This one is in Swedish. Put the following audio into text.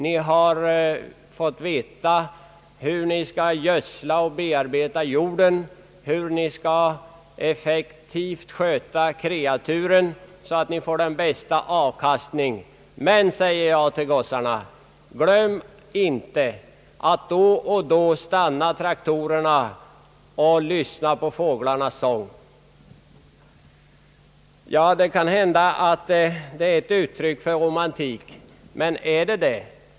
Ni har fått veta hur ni skall gödsla och bearbeta jorden, hur ni effektivt skall sköta kreaturen, så att ni får den bästa avkastningen. Men, säger jag till gossarna, glöm inte att då och då stanna traktorerna och lyssna på fåglarnas sång. Det kan hända att detta är ett uttryck för romantik. Men är det det?